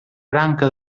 branca